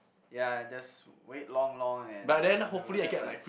ya just wait long long and never gonna happen